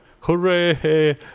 hooray